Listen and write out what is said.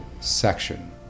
section